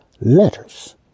letters